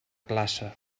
classe